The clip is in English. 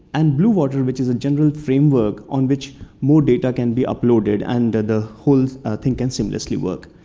and bluewater, which is a general framework on which more data can be uploaded. and the whole thing can seamlessly work.